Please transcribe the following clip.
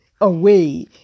away